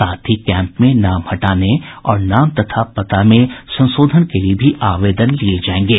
साथ ही कैंप में नाम हटाने और नाम तथा पता में संशोधन के लिये भी आवेदन लिये जायेंगे